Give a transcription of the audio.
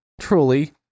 truly